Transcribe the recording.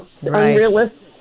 unrealistic